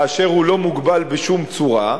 כאשר הוא לא מוגבל בשום צורה,